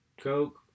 Coke